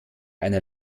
einer